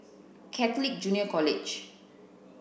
Catholic Junior College